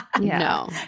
No